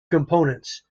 components